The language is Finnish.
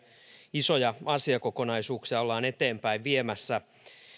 isoja asiakokonaisuuksia ollaan eteenpäin viemässä